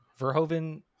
Verhoeven